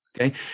Okay